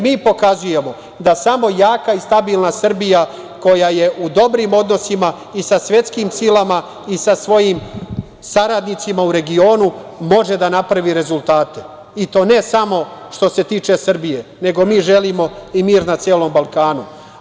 Mi pokazujemo da samo jaka i stabilna Srbija koja je u dobrim odnosima i sa svetskim silama i sa svojim saradnicima u regionu može da napravi rezultate, i to ne samo što se tiče Srbije, nego mi želimo i mir na celom Balkanu.